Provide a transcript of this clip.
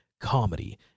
comedy